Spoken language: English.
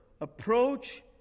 approach